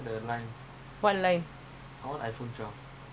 re-contract I don't want to do for you already no